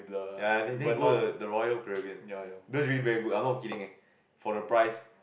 ya then then you go the the Royal-Caribbean that's really very good I'm not kidding eh for the price